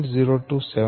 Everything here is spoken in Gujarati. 027160